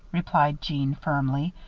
replied jeanne, firmly.